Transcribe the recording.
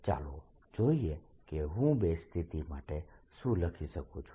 ચાલો જોઈએ કે હું બે સ્થિતિ માટે શું લખી શકું છું